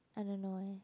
I don't know eh